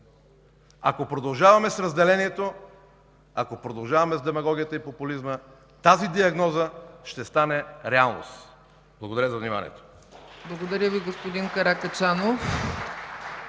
Ако продължаваме с разделението, ако продължаваме с демагогията и популизма, тази диагноза ще стане реалност. Благодаря за вниманието.